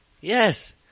Yes